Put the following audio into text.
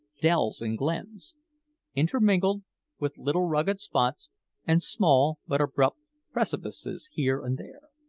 dells and glens intermingled with little rugged spots and small but abrupt precipices here and there,